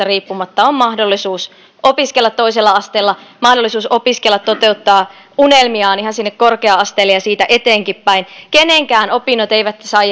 riippumatta on mahdollisuus opiskella toisella asteella mahdollisuus opiskella toteuttaa unelmiaan ihan sinne korkea asteelle ja siitä eteenkinpäin kenenkään opinnot eivät saa